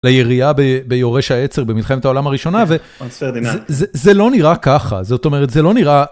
לירייה ביורש העצר במלחמת העולם הראשונה, וזה לא נראה ככה, זאת אומרת, זה לא נראה...